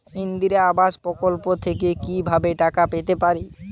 ইন্দিরা আবাস প্রকল্প থেকে কি ভাবে টাকা পেতে পারি?